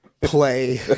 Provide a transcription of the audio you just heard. Play